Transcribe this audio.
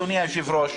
אדוני היושב-ראש,